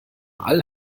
all